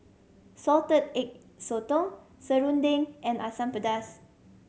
Salted Egg Sotong serunding and Asam Pedas